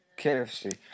KFC